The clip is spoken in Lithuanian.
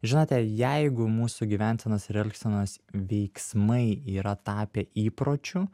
žinote jeigu mūsų gyvensenos ir elgsenos veiksmai yra tapę įpročiu